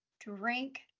drink